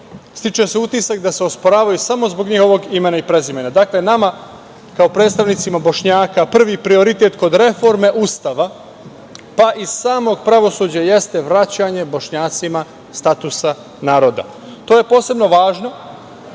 Stiče se utisak da se osporavaju samo zbog njihovog imena i prezimena. Dakle, nama kao predstavnicima Bošnjaka prvi prioritet kod reforme Ustava, pa i samog pravosuđa, jeste vraćanje Bošnjacima statusa naroda. To je posebno važno